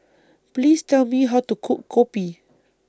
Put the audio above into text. Please Tell Me How to Cook Kopi